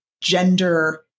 gender